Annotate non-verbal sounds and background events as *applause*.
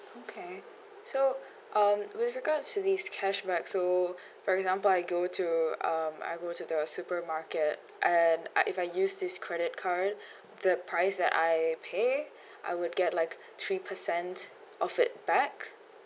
okay so um with regards to this cashback so for example I go to um I go to the supermarket and I if I use this credit card *breath* the price that I pay I would get like three percent of it back